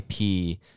IP